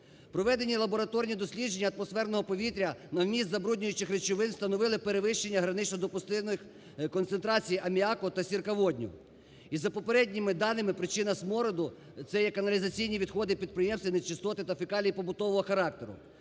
Проведені лабораторні дослідження атмосферного повітря на вміст забруднюючих речовин встановили перевищення граничнодопустимих концентрацій аміаку та сірководню. І за попередніми даними причина смороду це є каналізаційні відходи підприємства: нечистоти та фекалії побутового характеру.